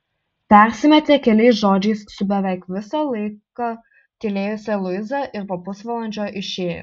persimetė keliais žodžiais su beveik visą laiką tylėjusia luiza ir po pusvalandžio išėjo